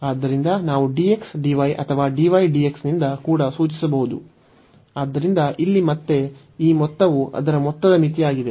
ಆದ್ದರಿಂದ ನಾವು dx dy ಅಥವಾ dy dx ನಿಂದ ಕೂಡ ಸೂಚಿಸಬಹುದು ಆದ್ದರಿಂದ ಇಲ್ಲಿ ಮತ್ತೆ ಈ ಮೊತ್ತವು ಅದರ ಮೊತ್ತದ ಮಿತಿಯಾಗಿದೆ